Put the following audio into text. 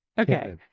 Okay